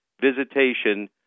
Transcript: visitation